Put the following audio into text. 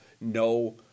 no